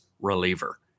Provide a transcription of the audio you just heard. reliever